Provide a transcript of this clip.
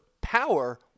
power